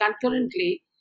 concurrently